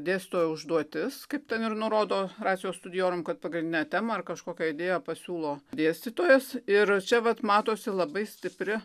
dėstytojo užduotis kaip ten ir nurodo racijo studiorum kad pagrindinę temą ar kažkokią idėją pasiūlo dėstytojas ir čia vat matosi labai stipri